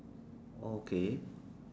okay